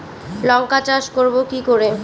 লঙ্কা চাষ করব কি করে?